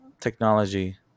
Technology